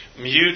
mute